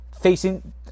facing